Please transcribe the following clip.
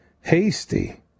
hasty